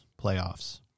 playoffs